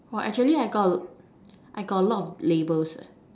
!wah! actually I got I got a lot of labels eh